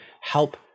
help